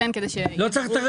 לא צריך את הרקע.